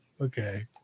okay